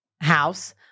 house